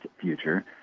future